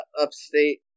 upstate